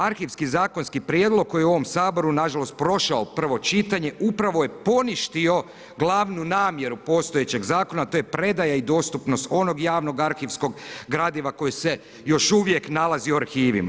Arhivski zakonski prijedlog, koji u ovom Saboru, nažalost prošao prvo čitanje, upravo je poništio glavnu namjeru postojećeg zakona, a to je predaja i dostupnost onog javnog arhivskog gradiva, koji se još uvijek nalazi u arhivima.